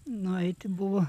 nu eiti buvo